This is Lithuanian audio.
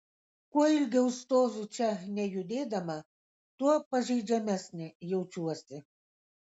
kuo ilgiau stoviu čia nejudėdama tuo pažeidžiamesnė jaučiuosi